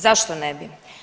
Zašto ne bi?